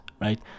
right